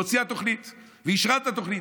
והוציאה תוכנית ואישרה את התוכנית.